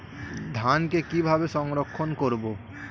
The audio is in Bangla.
ধানকে কিভাবে সংরক্ষণ করব?